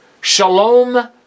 Shalom